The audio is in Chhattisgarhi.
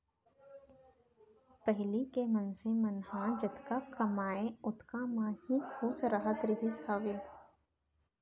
पहिली के मनसे मन ह जतका कमावय ओतका म ही खुस रहत रहिस हावय